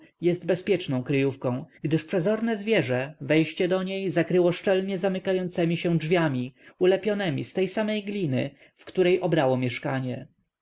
jest bezpieczną kryjówką gdyż przezorne zwierzę wejście do niej zakryło szczelnie zamykającemi się drzwiami ulepionemi z tej samj gliny w której obrało mieszkanie